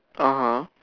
(uh huh)